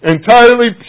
Entirely